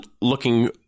looking